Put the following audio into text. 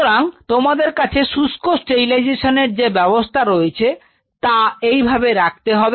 সুতরাং তোমাদের কাছে শুষ্ক স্টেরিলাইজেশন এর যে ব্যবস্থা রয়েছে তা এই ভাবে রাখতে হবে